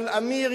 אבל אמיר,